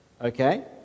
Okay